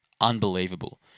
Unbelievable